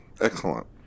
Excellent